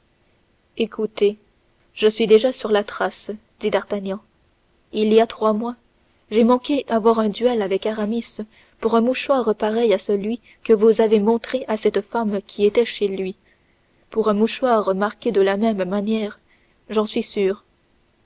je suis déjà sur la trace dit d'artagnan il y a trois mois j'ai manqué avoir un duel avec aramis pour un mouchoir pareil à celui que vous avez montré à cette femme qui était chez lui pour un mouchoir marqué de la même manière j'en suis sûr